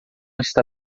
está